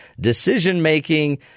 decision-making